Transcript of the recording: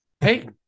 Hey